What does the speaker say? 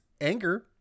anger